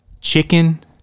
chicken